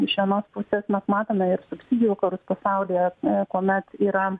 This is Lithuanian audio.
iš vienos pusės mes matome ir subsidijų karus pasaulyje kuomet yra